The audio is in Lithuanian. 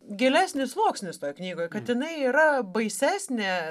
gilesnis sluoksnis toj knygoj kag jinai yra baisesnė